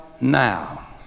now